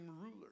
ruler